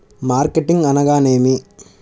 Marketing అనగానేమి?